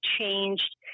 changed